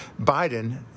Biden